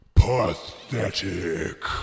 Pathetic